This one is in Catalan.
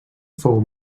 fou